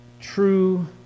true